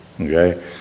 Okay